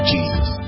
Jesus